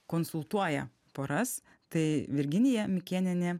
konsultuoja poras tai virginija mikėnienė